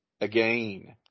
again